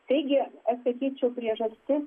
taigi aš sakyčiau priežastis